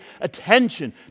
attention